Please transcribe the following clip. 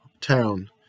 town